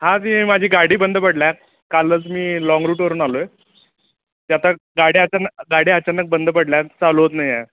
हा ती माझी गाडी बंद पडल्या कालच मी लॉंग रूटवरून आलो आहे ते आता गाडी अचानक गाडी अचानक बंद पडल्या चालू होत नाही आहे